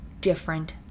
different